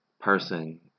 person